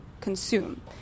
consume